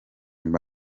mba